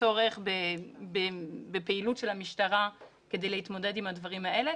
צורך בפעילות של המשטרה כדי להתמודד עם הדברים האלה,